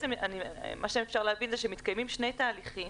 מה שאפשר להבין זה שמתקיימים שני תהליכים.